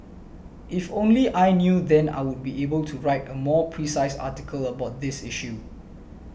if only I knew then I would be able to write a more precise article about this issue